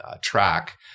track